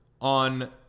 on